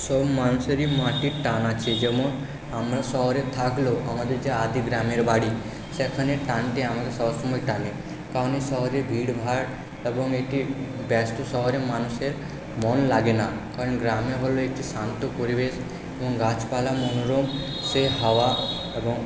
সব মানুষেরই মাটির টান আছে যেমন আমরা শহরে থাকলেও আমাদের যে আদি গ্রামের বাড়ি সেখানের টানটি আমাদের সবসময় টানে কারণ এই শহরের ভিড়ভাড় এবং এটি ব্যস্ত শহরে মানুষের মন লাগে না কারণ গ্রামে হল একটি শান্ত পরিবেশ এবং গাছপালা মনোরম সে হাওয়া এবং